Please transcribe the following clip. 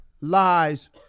lies